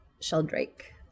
Sheldrake